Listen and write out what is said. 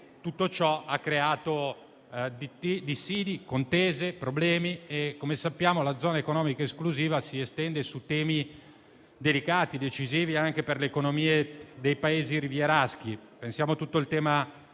tutto ciò ha creato dissidi, contese, problemi. Come sappiamo, la zona economica esclusiva si estende su temi delicati, decisivi anche per le economie dei Paesi rivieraschi. Pensiamo al tema